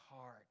hard